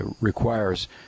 requires